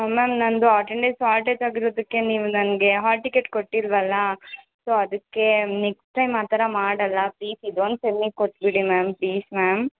ma'am ನನ್ನದು attendance shortage ಆಗಿರೋದಕ್ಕೆ ನೀವು ನನಗೆ ಹಾಲ್ ಟಿಕೆಟ್ ಕೊಟ್ಟಿಲ್ಲವಲ್ಲ ಸೊ ಅದಕ್ಕೆ ನೆಕ್ಸ್ಟ್ ಟೈಮ್ ಆ ಥರ ಮಾಡೋಲ್ಲ ಪ್ಲೀಸ್ ಇದೊಂದು ಸೆಮ್ಮಿಗೆ ಕೊಟ್ಟುಬಿಡಿ ಮ್ಯಾಮ್ ಪ್ಲೀಸ್ ಮ್ಯಾಮ್